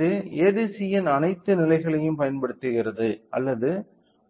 இது ADCயின் அனைத்து நிலைகளையும் பயன்படுத்துகிறது அல்லது